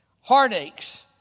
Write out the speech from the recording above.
heartaches